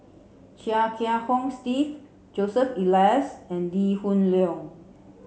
Chia Kiah Hong Steve Joseph Elias and Lee Hoon Leong